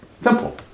Simple